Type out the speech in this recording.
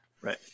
Right